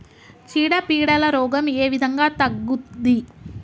చీడ పీడల రోగం ఏ విధంగా తగ్గుద్ది?